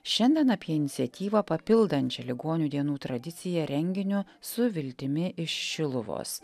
šiandien apie iniciatyvą papildančią ligonių dienų tradiciją renginiu su viltimi iš šiluvos